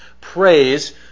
Praise